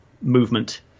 movement